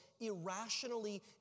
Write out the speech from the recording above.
irrationally